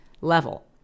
level